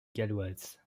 galloise